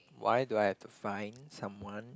why do I have to find someone